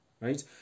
right